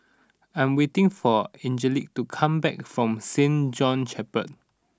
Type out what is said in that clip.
I am waiting for Angelic to come back from Saint John's Chapel